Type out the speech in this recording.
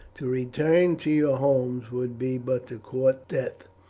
to return to your homes would be but to court death,